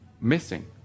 missing